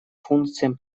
функциям